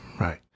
Right